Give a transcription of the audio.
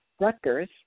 Rutgers